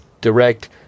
direct